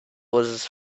was